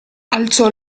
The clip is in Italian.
alzò